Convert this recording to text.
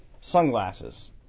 sunglasses